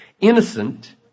innocent